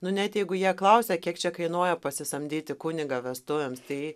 nu net jeigu jie klausia kiek čia kainuoja pasisamdyti kunigą vestuvėms tai